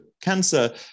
cancer